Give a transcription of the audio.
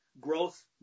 growth